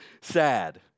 sad